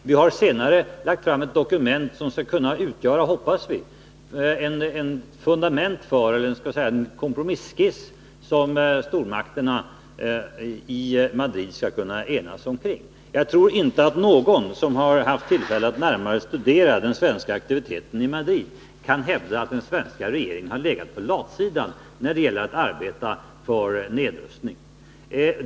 Senare har vi lagt fram ett dokument som skall kunna utgöra, hoppas vi, en kompromisskiss som stormakterna skall kunna enas omkring i Madrid. Jag tror inte att någon som har haft tillfälle att närmare studera den svenska aktiviteten i Madrid kan hävda att den svenska regeringen har legat på latsidan när det gäller att arbeta för nedrustning.